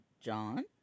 John